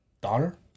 daughter